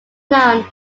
known